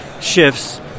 shifts